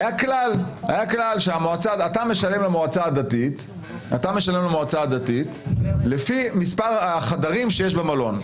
היה כלל שאתה משלם למועצה הדתית לפי מספר החדרים שיש במלון.